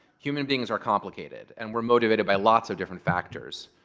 human beings are complicated. and we're motivated by lots of different factors